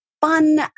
fun